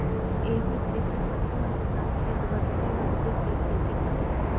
एहि कृषि पद्धति मे किसान खेत बदलि बदलि के खेती करै छै